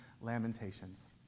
Lamentations